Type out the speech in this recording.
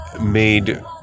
made